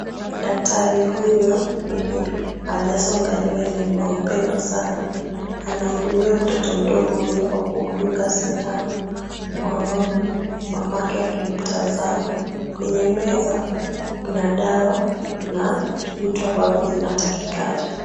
Daktari huyo mwenye hajasonga nywele ni wa upendo sana. Anahudumia mtoto mdogo huyo kwa kumdunga na sindano mkononi mamake akimtazama. Kwenye meza kuna dawa na vitu ambazo zinatakikana.